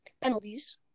Penalties